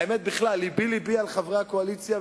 האמת היא בכלל שלבי לבי על חברי הקואליציה,